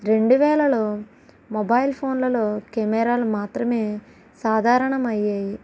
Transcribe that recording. రెండు వేలలో మొబైల్ ఫోన్లలో కెమెరాలు మాత్రమే సాధారణమయ్యాయి